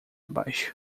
baixo